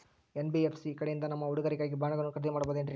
NBFC ಕಡೆಯಿಂದ ನಮ್ಮ ಹುಡುಗರಿಗಾಗಿ ಬಾಂಡುಗಳನ್ನ ಖರೇದಿ ಮಾಡಬಹುದೇನ್ರಿ?